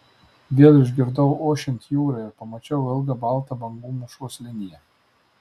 vėl išgirdau ošiant jūrą ir pamačiau ilgą baltą bangų mūšos liniją